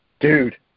Dude